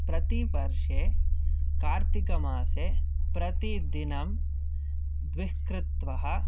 प्रतिवर्षे कार्तिकमासे प्रतिदिनं द्विःकृत्वः